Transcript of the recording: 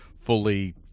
fully